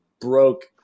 broke